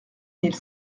mille